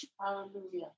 Hallelujah